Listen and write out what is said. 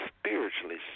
spiritually